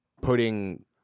Putting